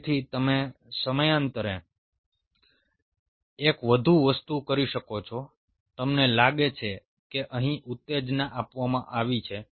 તેથી તમે સમાંતર એક વધુ વસ્તુ કરી શકો છો તમને લાગે છે કે અહીં ઉત્તેજના આપવામાં આવી છે